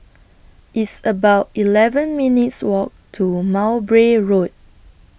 It's about eleven minutes' Walk to Mowbray Road